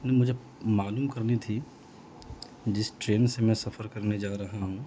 مجھے معلوم کرنی تھی جس ٹرین سے میں سفر کرنے جا رہا ہوں